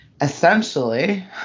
essentially